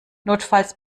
notfalls